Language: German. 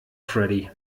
freddy